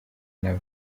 nabo